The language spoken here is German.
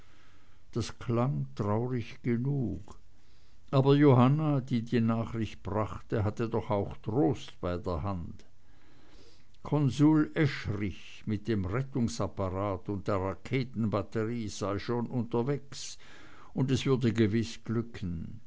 das klang traurig genug aber johanna die die nachricht brachte hatte doch auch trost bei der hand konsul eschrich mit dem rettungsapparat und der raketenbatterie sei schon unterwegs und es würde gewiß glücken